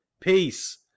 peace